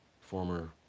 former